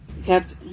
kept